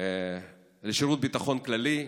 לשירות הביטחון הכללי,